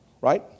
Right